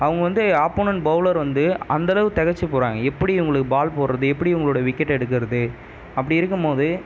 அவங்க வந்து opponent bowler வந்து அந்தளவு தெகச்சி போகிறாங்க எப்படி இவங்களுக்கு பால் போடுகிறது எப்படி இவங்களோட விக்கட்டை எடுக்கறது அப்படி இருக்கும் போது